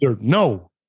no